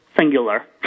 singular